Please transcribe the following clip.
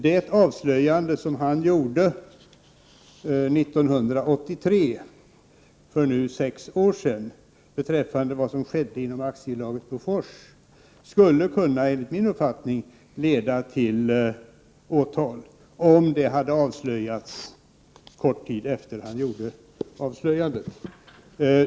Det avslöjande som han gjorde 1983, för nu sex år sedan, beträffande vad som skedde inom AB Bofors skulle enligt min uppfattning kunna leda till åtal, om avslöjandet hade skett något senare.